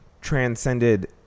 transcended